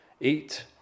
eat